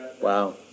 Wow